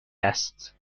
است